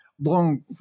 long